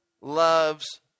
loves